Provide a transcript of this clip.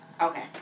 Okay